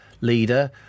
leader